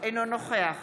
אינו נוכח